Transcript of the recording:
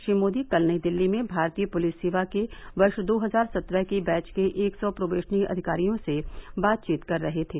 श्री मोदी कल नई दिल्ली में भारतीय पुलिस सेवा के वर्ष दो हजार सत्रह के बैच के एक सौ प्रोबेशनरी अधिकारियों से बातचीत कर रहे थे